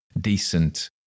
decent